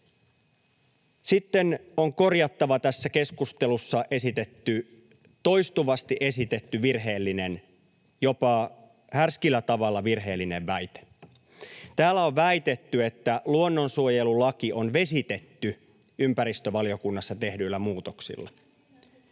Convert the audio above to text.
Sitten on korjattava tässä keskustelussa toistuvasti esitetty virheellinen, jopa härskillä tavalla virheellinen väite. Täällä on väitetty, että luonnonsuojelulaki on vesitetty ympäristövaliokunnassa tehdyillä muutoksilla.